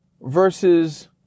versus